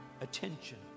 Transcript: attention